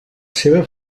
seva